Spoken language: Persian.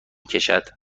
کشد